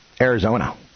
Arizona